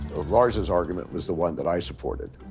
largest argument was the one that i supported